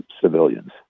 civilians